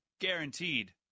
Guaranteed